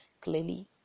clearly